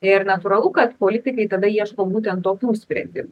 ir natūralu kad politikai tada ieško būtent tokių sprendimų